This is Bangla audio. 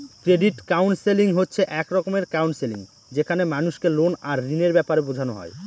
ক্রেডিট কাউন্সেলিং হচ্ছে এক রকমের কাউন্সেলিং যেখানে মানুষকে লোন আর ঋণের ব্যাপারে বোঝানো হয়